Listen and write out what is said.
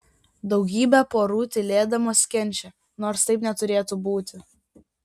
daugybė porų tylėdamos kenčia nors taip neturėtų būti